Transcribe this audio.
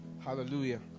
hallelujah